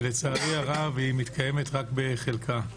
ולצערי הרב היא מתקיימת רק בחלקה.